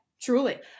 truly